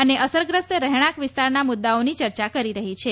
અને અસરગ્રસ્ત રહેણાંક વિસ્તારના મુદ્દાઓની ચર્ચા કરી રહી છે